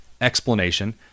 explanation